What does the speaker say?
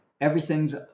everything's